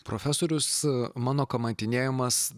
profesorius mano kamantinėjamas